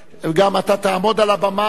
וגם אתה תעמוד על הבמה.